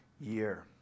year